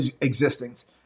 existence